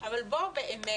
אבל בוא באמת